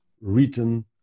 written